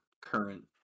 current